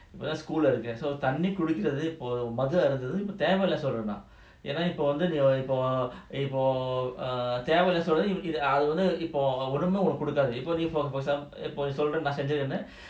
வேற:vera school lah இருக்கேன்தண்ணிகுடிக்கிறதுமதுஅருந்துறதுஇப்போதேவஇல்லன்னுசொல்லலாம்:iruken thanni kudikurathu madhu arunthurathu ipo theva illanu sollalam err தேவஇல்லன்னுசொல்றதுஒண்ணுமேஉனக்குகொடுக்காது:theva illanu solrathu onnume unaku kodukathu